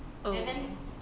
oh